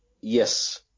Yes